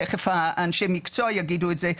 תכף אנשי המקצוע יגידו את זה.